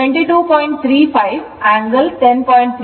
35 angle 10